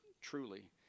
truly